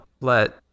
let